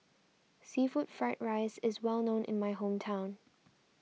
Seafood Fried Rice is well known in my hometown